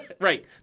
Right